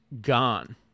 gone